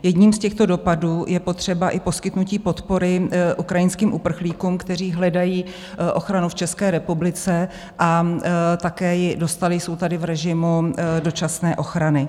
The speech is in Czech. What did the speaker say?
Jedním z těchto dopadů je potřeba i poskytnutí podpory ukrajinským uprchlíkům, kteří hledají ochranu v České republice, a také ji dostali, jsou tady v režimu dočasné ochrany.